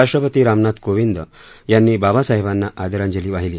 राष्ट्रपती रामनाथ कोविंद यांनी बाबासाहेबांना आदरांजली वाहिली